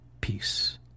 peace